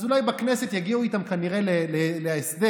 אז אולי בכנסת יגיעו איתם כנראה להסדר,